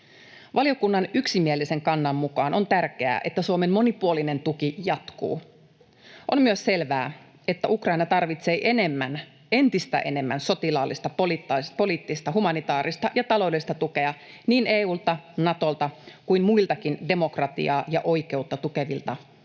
Valiokunnan yksimielisen kannan mukaan on tärkeää, että Suomen monipuolinen tuki jatkuu. On myös selvää, että Ukraina tarvitsee enemmän — entistä enemmän — sotilaallista, poliittista, humanitaarista ja taloudellista tukea niin EU:lta, Natolta kuin muiltakin demokratiaa ja oikeutta tukevilta mailta